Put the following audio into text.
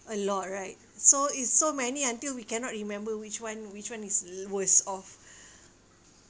a lot right so it's so many until we cannot remember which one which one is worst off